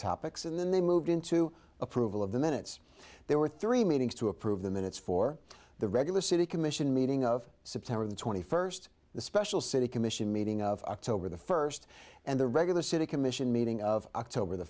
topics and then they moved into approval of the minutes there were three meetings to approve the minutes for the regular city commission meeting of september the twenty first the special city commission meeting of october the first and the regular city commission meeting of october the